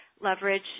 leverage